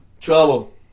trouble